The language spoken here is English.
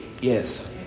Yes